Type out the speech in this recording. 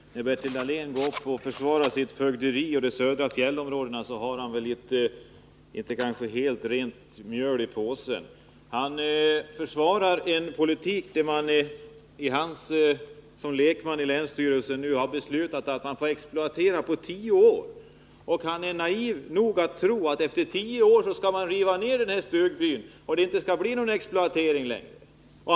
Herr talman! När Bertil Dahlén går in i debatten och försvarar sitt fögderi i de södra fjällområdena, så har han kanske inte helt rent mjöl i påsen. Som lekman i länsstyrelsen i Kopparberg försvarar han den politik man för där och som går ut på att man tillåter en exploatering under tio år. Han är naiv nog att tro att man efter tio år skall riva ner den här stugbyn och att exploateringen därmed skall upphöra.